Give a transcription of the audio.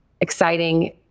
exciting